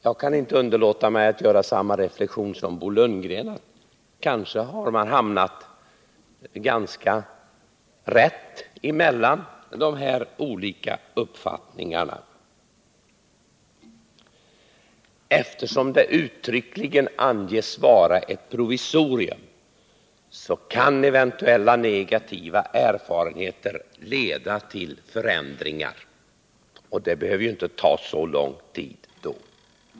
Jag kan inte underlåta att göra samma reflektion som Bo Lundgren, dvs. att regeringsförslaget kanske har hamnat ganska rätt. Eftersom det uttryckligen anges vara ett provisorium kan eventuellt negativa erfarenheter leda till förändringar. Och det behöver ju inte ta så lång tid.